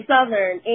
Southern